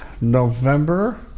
November